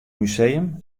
museum